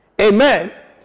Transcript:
Amen